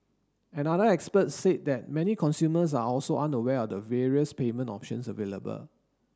another expert said that many consumers are also unaware of the various payment options available